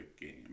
game